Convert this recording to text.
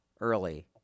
early